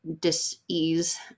dis-ease